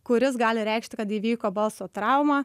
kuris gali reikšti kad įvyko balso trauma